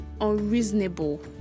unreasonable